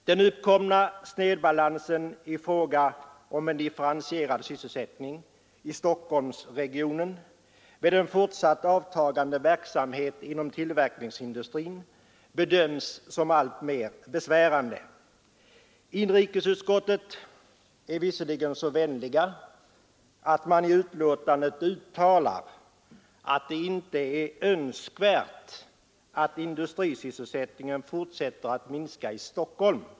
Den uppkomna snedbalansen i fråga om en differentierad sysselsättning i Stockholmsregionen med en fortsatt avtagande verksamhet inom tillverkningsindustrin bedöms som alltmer besvärande. Inrikesutskottet är visserligen så vänligt att man i betänkandet uttalar, att det inte är önskvärt att industrisysselsättningen fortsätter att minska i Stockholm.